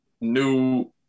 new